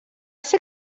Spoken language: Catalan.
ser